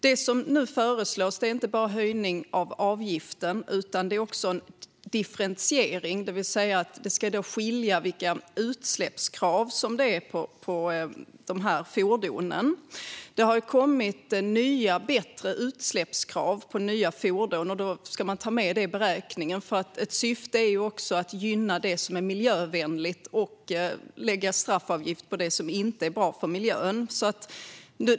Det som nu föreslås är inte bara en höjning av avgiften, utan det är också frågan om en differentiering, det vill säga att det skiljer i utsläppskrav på fordonen. Det har kommit nya bättre utsläppskrav på nya fordon, och de ska tas med i beräkningen. Ett syfte är att gynna det som är miljövänligt och lägga straffavgift på det som inte är bra för miljön.